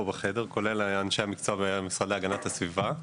בחדר כולל אנשי המקצוע במשרד להגנת הסביבה,